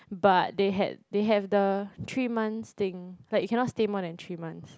but they had they have the three months thing like you cannot stay more than three months